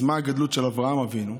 אז מה הגדלות של אברהם אבינו?